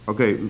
Okay